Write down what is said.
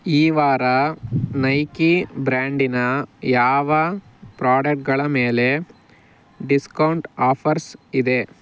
ಈ ವಾರ ನೈಕಿ ಬ್ರ್ಯಾಂಡಿನ ಯಾವ ಪ್ರಾಡಕ್ಟ್ಗಳ ಮೇಲೆ ಡಿಸ್ಕೌಂಟ್ ಆಫರ್ಸ್ ಇದೆ